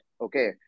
okay